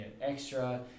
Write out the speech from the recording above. extra